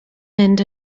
mynd